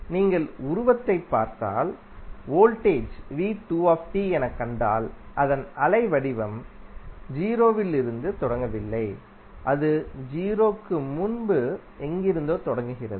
நீங்கள் உருவத்தைப் பார்த்தால் வோல்டேஜ் என கண்டால் அதன் அலை வடிவம் 0 இலிருந்து தொடங்கவில்லை அது 0 க்கு முன்பு எங்கிருந்தோ தொடங்குகிறது